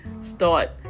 start